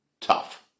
tough